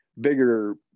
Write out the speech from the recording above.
bigger